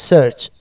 Search